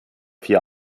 vier